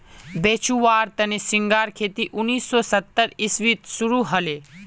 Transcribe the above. बेचुवार तने झिंगार खेती उन्नीस सौ सत्तर इसवीत शुरू हले